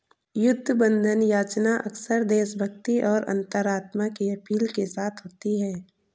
युद्ध बंधन याचना अक्सर देशभक्ति और अंतरात्मा की अपील के साथ होती है